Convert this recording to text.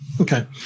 okay